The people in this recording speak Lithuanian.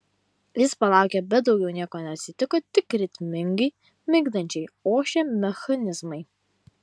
jis palaukė bet daugiau nieko neatsitiko tik ritmingai migdančiai ošė mechanizmai